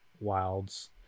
Wilds